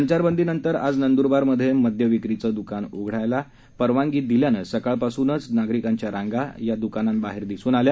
संचारबंदीनंतर आज नंद्रबार मध्ये मद्य विक्रीचं द्कान उघडण्यास परवानगी दिल्याने सकाळ पासूनच नागरिकांच्या रांगा या मद्यविक्री द्कानाबाहेर दिसून आल्या